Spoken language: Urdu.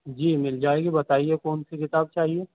جی مل جائے گی بتائیے کون سی کتاب چاہیے